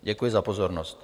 Děkuji za pozornost.